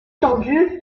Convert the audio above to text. tendu